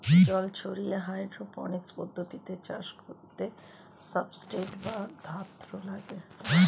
জল ছাড়িয়ে হাইড্রোপনিক্স পদ্ধতিতে চাষ করতে সাবস্ট্রেট বা ধাত্র লাগে